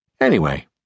Anyway